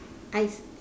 I s~